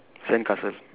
sandcastle